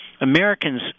Americans